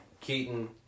Keaton